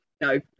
No